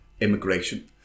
immigration